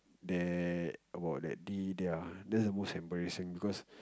that about that day ya that was most embarrassing because